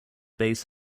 base